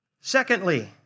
Secondly